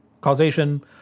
causation